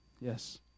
yes